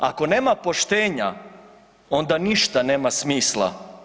Ako nema poštenja onda ništa nema smisla.